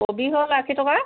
কবি হ'ল আশী টকা